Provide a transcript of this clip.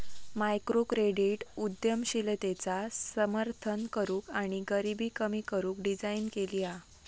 microcredit उद्यमशीलतेचा समर्थन करूक आणि गरीबी कमी करू डिझाईन केली हा